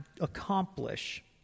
accomplish